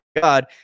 God